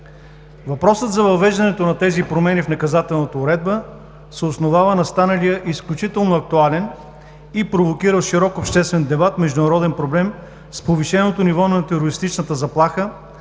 Въпросът за въвеждането на тези промени в наказателната уредба се основава на станалия изключително актуален и провокирал широк обществен дебат международен проблем с повишеното ниво на терористичната заплаха,